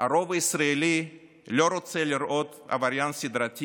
הרוב הישראלי לא רוצה לראות עבריין סדרתי